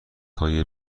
های